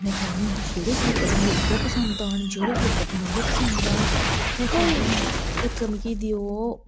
में आखेआ मम्मी जेहडे़ सूट कड्डन उऐ पसंद औन जेहडे़ सूट कड्ढन उऐ पसंद औन में आखेआ महां इक मिगी देऔ